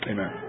Amen